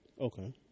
Okay